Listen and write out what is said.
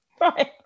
Right